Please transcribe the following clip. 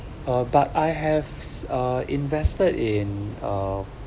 uh but I have uh invested in uh